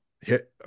hit